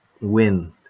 win